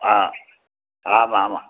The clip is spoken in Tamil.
ஆ ஆமாம் ஆமாம்